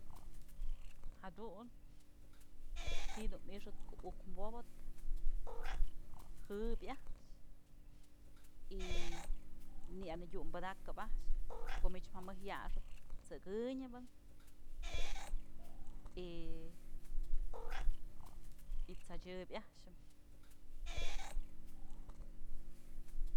Jadun ji'i dun mixëp ko'o uk wopëp jëbyë a'ax y në anëdyum padakëp a'ax ko'o mich ja'a mëj yaxëp t'sëkënyëbë y t'sëdyëb a'axëm.